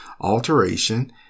alteration